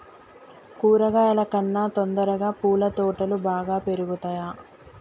కూరగాయల కన్నా తొందరగా పూల తోటలు బాగా పెరుగుతయా?